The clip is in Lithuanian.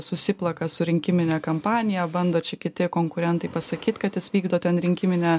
susiplaka su rinkimine kampanija bando čia kiti konkurentai pasakyt kad jis vykdo ten rinkiminę